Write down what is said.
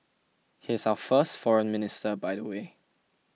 he is our first Foreign Minister by the way